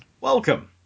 Welcome